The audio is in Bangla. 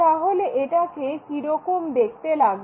তাহলে এটাকে কিরকম দেখতে লাগবে